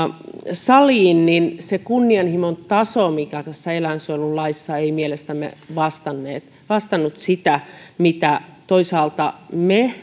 saliin niin se kunnianhimon taso tässä eläinsuojelulaissa ei mielestämme vastannut vastannut sitä mitä toisaalta me